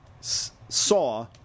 saw